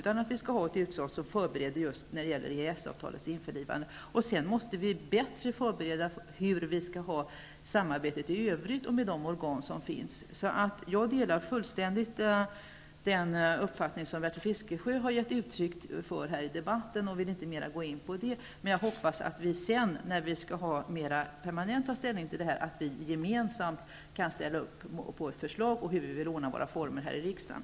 Vi vill ha ett utskott som just förbereder EES-avtalets införlivande. Sedan måste vi bättre förbereda hur vi skall ha det med samarbetet i övrigt och med de organ som finns. Jag delar fullständigt den uppfattning som Bertil Fiskesjö gett uttryck åt här i debatten och vill inte mera gå in på det. Men jag hoppas att vi sedan, när vi mera permanent tar ställning till detta, gemensamt kan ställa upp på ett förslag om hur vi vill ordna våra former här i riksdagen.